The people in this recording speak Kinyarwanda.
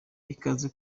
ibaze